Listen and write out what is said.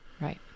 Right